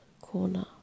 corner